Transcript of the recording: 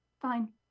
fine